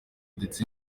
ndetse